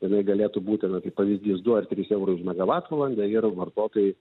jinai galėtų būti nu kaip pavyzdys du ar trys eurai už megavatvalandę ir vartotojai